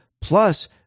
Plus